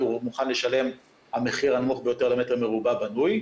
מוכן לשלם המחיר הנמוך ביותר למ"ר בנוי',